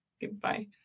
Goodbye